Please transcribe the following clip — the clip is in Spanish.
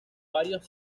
varios